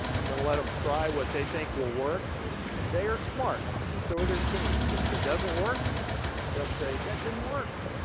i'm gonna let them try what they think will work and they are smart and so are their teams and if it doesn't work they'll say, that didn't work.